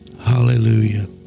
hallelujah